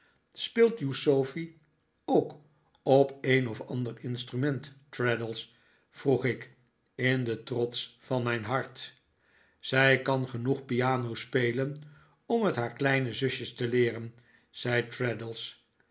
speelt uw sofie ook op een of ander instrument traddles vroeg ik in den trots van mijn hart zij kan genoeg pianospelen om het haar kleine zusjes te leeren zei